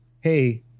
Hey